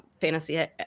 fantasy